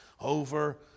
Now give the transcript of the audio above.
over